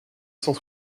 cent